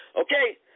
Okay